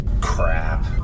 Crap